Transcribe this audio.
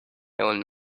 own